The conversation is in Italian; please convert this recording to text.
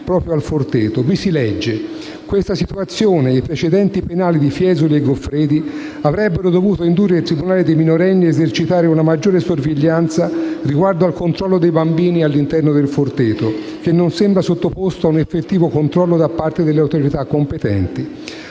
Vi si legge: «Questa situazione e i precedenti penali di Fiesoli e Goffredi avrebbero dovuto indurre il tribunale dei minori ad esercitare una maggiore sorveglianza riguardo al controllo dei bambini all'interno del Forteto, che non sembra sottoposto a un effettivo controllo da parte delle autorità competenti».